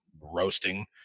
roasting